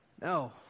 No